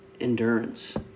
Endurance